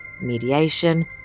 mediation